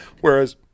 Whereas